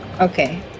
Okay